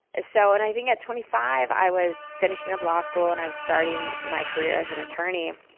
ah so, and i think at twenty five, i was finishing up law school, and i was starting my career as an attorney.